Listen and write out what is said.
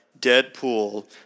Deadpool